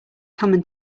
common